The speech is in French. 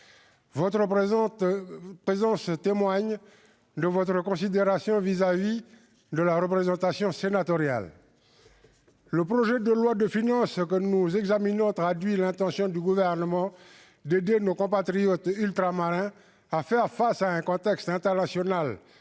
Votre présence témoigne de votre considération pour la représentation sénatoriale. Le projet de loi de finances que nous examinons traduit l'intention du Gouvernement d'aider nos compatriotes ultramarins à faire face à un contexte international